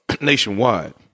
nationwide